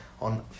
on